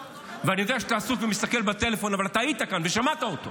ואני יודע שאתה עסוק ומסתכל בטלפון אבל אתה היית כאן ושמעת אותו.